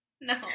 No